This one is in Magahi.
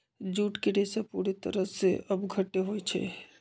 जूट के रेशा पूरे तरह से अपघट्य होई छई